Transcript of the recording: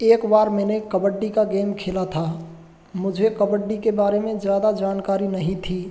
एक बार मैंने कबड्डी का गेम खेला था मुझे कबड्डी के बारे में ज़्यादा जानकारी नहीं थी